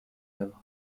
havre